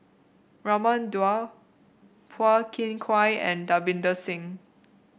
Raman Daud Phua Thin Kiay and Davinder Singh